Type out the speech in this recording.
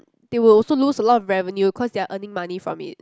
they will also lose a lot of avenue cause they are earning money from it